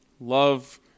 Love